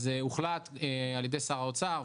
הוחלט על ידי שר האוצר,